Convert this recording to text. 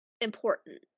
important